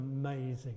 amazing